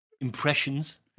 impressions